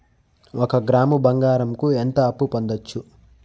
ఒక గ్రాము బంగారంకు ఎంత అప్పు పొందొచ్చు